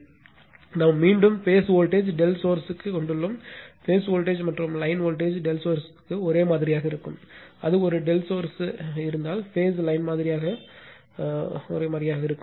இங்கே நாம் மீண்டும் பேஸ் வோல்டேஜ் ∆ சோர்ஸ் கொண்டுள்ளோம் பேஸ் வோல்டேஜ் மற்றும் லைன் வோல்டேஜ் ∆ சோர்ஸ் த்திற்கு ஒரே மாதிரியாக இருக்கும் அது ஒரு ∆ சோர்ஸ் இருந்தால் பேஸ்ம் லைன் மாதிரியாக இருக்கும்